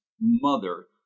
Mother